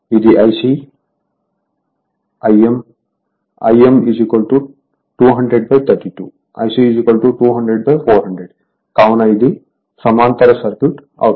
ఇది IC Im Im 20032 IC 200400 కావునఇది సమాంతర సర్క్యూట్ అవుతుంది